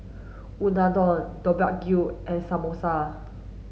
Unadon Deodeok Gui and Samosa